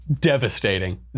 Devastating